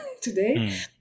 today